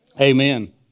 Amen